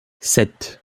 sept